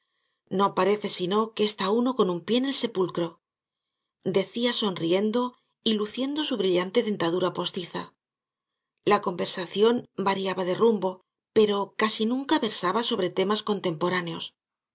no parece sino que está uno con un pié en el sepulcro decía sonriendo y luciendo su brillante dentadura postiza la conversación variaba de rumbo pero casi nunca versaba sobre temas contemporáneos